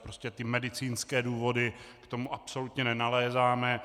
Prostě medicínské důvody k tomu absolutně nenalézáme.